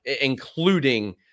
including